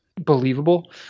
believable